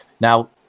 Now